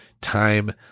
time